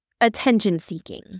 attention-seeking